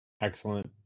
Excellent